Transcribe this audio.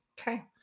Okay